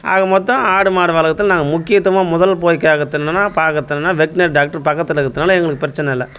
ஆக மொத்தம் ஆடுமாடு வளர்க்குறதில் நாங்கள் முக்கியத்துவமா முதல் போய் கேட்குறது என்னன்னா பார்க்குறத்தென்னனா வெட்னரி டாக்டர் பக்கத்தில் இருக்கிறத்துனால எங்களுக்கு பிரச்சினை இல்லை